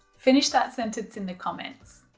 finish that sentence in the comments.